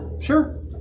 Sure